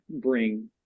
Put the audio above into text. bring